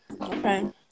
Okay